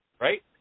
right